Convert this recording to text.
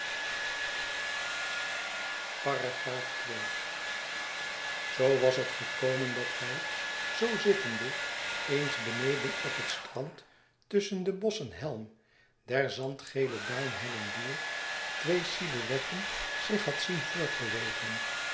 zoo was het gekomen dat hij zoo zittende eens beneden op het strand tusschen de bosschen helm der zandgele duinhelling door twee silhouetten zich had zien voortbewegen